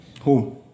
home